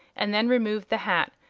and then removed the hat,